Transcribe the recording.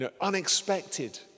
unexpected